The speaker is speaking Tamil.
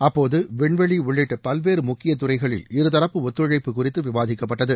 அப்போது விண்வெளி உள்ளிட்ட பல்வேறு முக்கிய துறைகளில் இருதரப்பு ஒத்துழைப்பு குறித்து விவாதிக்கப்பட்டது